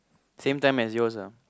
same time as yours ah